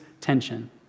tension